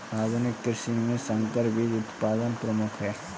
आधुनिक कृषि में संकर बीज उत्पादन प्रमुख है